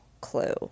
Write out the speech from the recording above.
clue